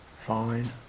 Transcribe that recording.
Fine